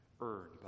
earned